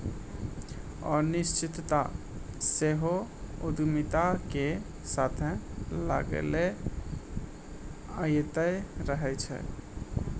अनिश्चितता सेहो उद्यमिता के साथे लागले अयतें रहै छै